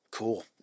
Cool